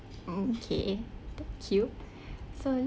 okay thank you so